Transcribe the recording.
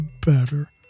better